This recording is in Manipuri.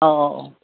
ꯑꯥꯎ ꯑꯥꯎ ꯑꯥꯎ